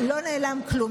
לא נעלם כלום.